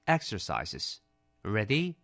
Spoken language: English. Exercises.Ready